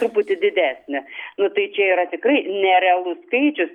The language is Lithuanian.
truputį didesnį nu tai čia yra tikrai nerealus skaičius